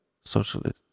socialist